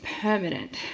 permanent